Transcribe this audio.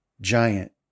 giant